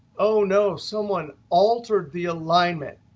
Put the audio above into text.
oh, no. someone altered the alignment.